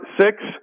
six